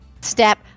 step